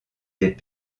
des